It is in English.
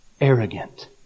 arrogant